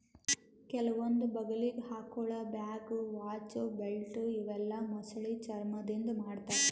ಕೆಲವೊಂದ್ ಬಗಲಿಗ್ ಹಾಕೊಳ್ಳ ಬ್ಯಾಗ್, ವಾಚ್, ಬೆಲ್ಟ್ ಇವೆಲ್ಲಾ ಮೊಸಳಿ ಚರ್ಮಾದಿಂದ್ ಮಾಡ್ತಾರಾ